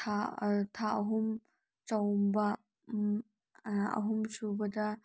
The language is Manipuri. ꯊꯥ ꯊꯥ ꯑꯍꯨꯝ ꯆꯥꯛꯎꯝꯕ ꯑꯍꯨꯝꯁꯨꯕꯗ